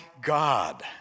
God